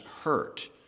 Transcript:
hurt